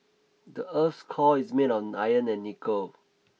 the earth's core is made of iron and nickel